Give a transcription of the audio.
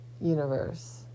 universe